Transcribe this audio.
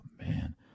Man